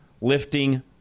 Lifting